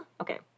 okay